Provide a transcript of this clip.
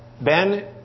Ben